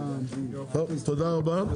תודה רבה.